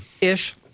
ish